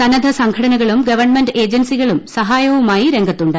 സന്നദ്ധ സംഘടനകളും ഗവൺമെന്റ് ഏജൻസികളും സഹായവുമായി രംഗത്തുണ്ട്